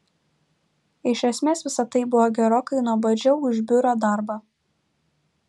iš esmės visa tai buvo gerokai nuobodžiau už biuro darbą